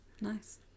nice